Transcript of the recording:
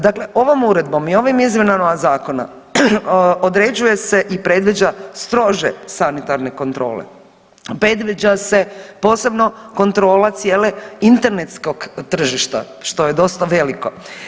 Dakle, ovom uredbom i ovim izmjenama zakona određuje se i predviđa strože sanitarne kontrole, predviđa se posebno kontrola cijele internetskog tržišta što je dosta veliko.